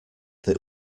that